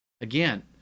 Again